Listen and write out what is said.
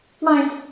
Mind